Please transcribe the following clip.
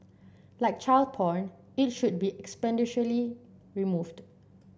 like child porn it should be expeditiously removed